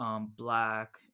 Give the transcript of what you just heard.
Black